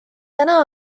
täna